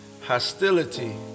hostility